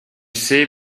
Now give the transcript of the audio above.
sais